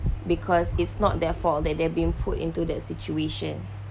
because it's not their fault that they're being put into that situation